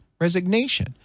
resignation